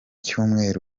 cyumweru